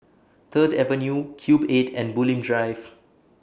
Third Avenue Cube eight and Bulim Drive